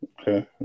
Okay